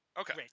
Okay